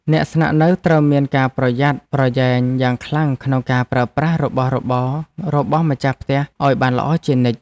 អ្នកស្នាក់នៅត្រូវមានការប្រយ័ត្នប្រយែងយ៉ាងខ្លាំងក្នុងការប្រើប្រាស់របស់របររបស់ម្ចាស់ផ្ទះឱ្យបានល្អជានិច្ច។